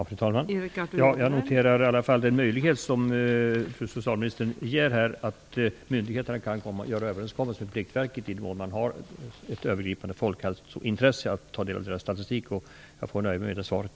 Fru talman! Jag noterar den möjlighet som socialministern anger, att myndigheterna kan göra överenskommelser med Pliktverket i den mån det föreligger ett övergripande folkhälsointresse av att ta del av dess statistik. Jag får nöja mig med det svaret.